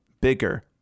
Bigger